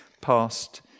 past